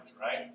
right